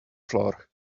floor